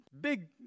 big